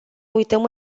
uităm